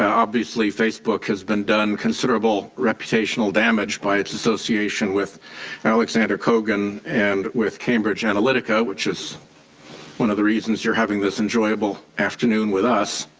obviously facebook has been done considerable reputational damage by its association with alexander crogan and cambridge analytica which is one of the reasons you are having this enjoyable afternoon with us.